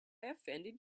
offended